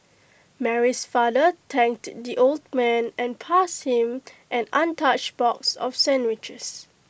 Mary's father thanked the old man and passed him an untouched box of sandwiches